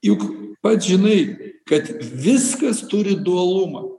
juk pats žinai kad viskas turi dualumą